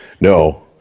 No